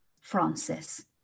Francis